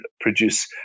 produce